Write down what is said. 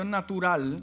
natural